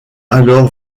alors